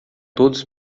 todos